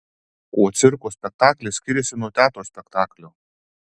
kuo cirko spektaklis skiriasi nuo teatro spektaklio